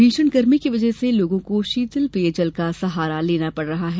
भीषण गर्मी की वजह से लोगो को शीतल पेय जल का सहारा लेना पड़ रहा है